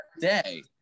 day